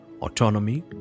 autonomy